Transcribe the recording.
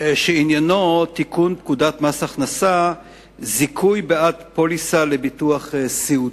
שעניינו תיקון פקודת מס הכנסה (זיכוי בעד פוליסה לביטוח סיעודי).